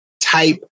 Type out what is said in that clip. type